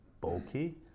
Bulky